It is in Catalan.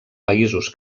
països